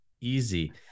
easy